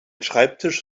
schreibtisch